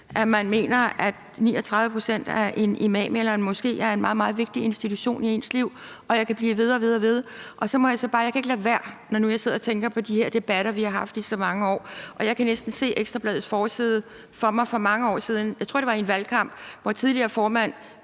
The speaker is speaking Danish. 39 pct. mener, at en imam eller en moské er en meget, meget vigtig institution i ens liv. Og jeg kunne blive ved og ved. Så jeg må bare sige, at nu kan jeg ikke lade være med at tænke på de her debatter, vi har haft i så mange år, og jeg kan næsten se Ekstra Bladets forside for mange år siden for mig – jeg tror, det var i en valgkamp – hvor tidligere formand